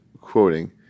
quoting